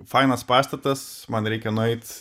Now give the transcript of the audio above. fainas pastatas man reikia nueit